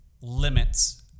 limits